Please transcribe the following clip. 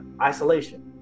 isolation